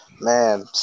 Man